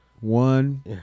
One